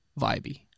vibey